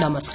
नमस्कार